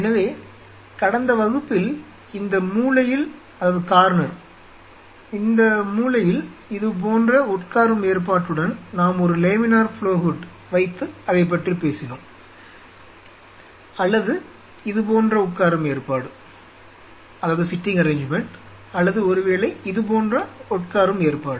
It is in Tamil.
எனவே கடந்த வகுப்பில் இந்த மூலையில் இது போன்ற உட்காரும் ஏற்பாட்டுடன் நாம் ஒரு லேமினர் ஃப்ளோ ஹூட் வைத்து அதைப் பற்றி பேசினோம் அல்லது இது போன்ற உட்காரும் ஏற்பாடு அல்லது ஒருவேளை இது போன்ற உட்காரும் ஏற்பாடு